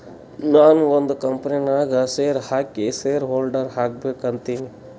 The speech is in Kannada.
ನಾನು ಒಂದ್ ಕಂಪನಿ ನಾಗ್ ಶೇರ್ ಹಾಕಿ ಶೇರ್ ಹೋಲ್ಡರ್ ಆಗ್ಬೇಕ ಅಂತೀನಿ